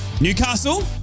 Newcastle